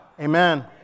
Amen